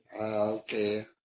Okay